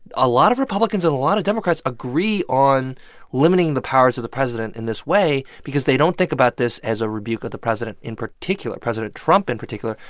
a lot of republicans a lot of democrats agree on limiting the powers of the president in this way because they don't think about this as a rebuke of the president in particular, president trump in particular,